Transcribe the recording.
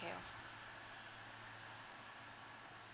care of